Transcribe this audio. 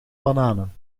bananen